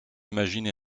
imaginer